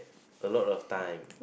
a lot of time